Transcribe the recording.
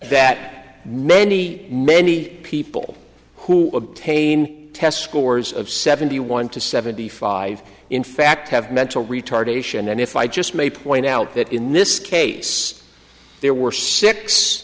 that many many people who obtain test scores of seventy one to seventy five in fact have mental retardation and if i just may point out that in this case there were six